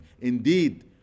Indeed